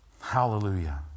Hallelujah